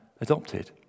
adopted